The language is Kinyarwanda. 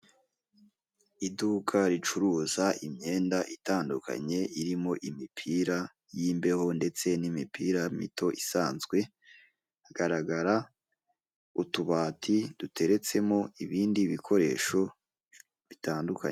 Iduka ricuruza imyenda itandukanye irimo imipira y'imbeho ndetse n'imipira mito isanzwe hagaragara utubati duteretsemo ibindi bikoresho bitandukanye.